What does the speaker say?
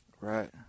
Right